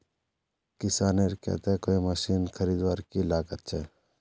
किसानेर केते कोई मशीन खरीदवार की लागत छे?